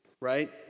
right